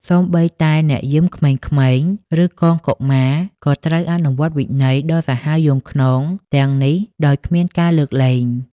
សូម្បីតែអ្នកយាមក្មេងៗ ឬកងកុមារ ក៏ត្រូវអនុវត្តវិន័យដ៏សាហាវយង់ឃ្នងទាំងនេះដោយគ្មានការលើកលែង។